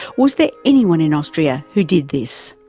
was there anyone in austria who did this?